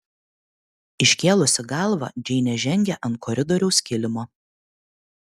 iškėlusi galvą džeinė žengė ant koridoriaus kilimo